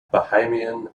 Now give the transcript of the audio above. bahamian